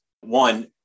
one